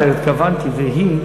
חבר הכנסת אייכלר, התכוונתי: "והיא"